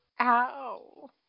Ow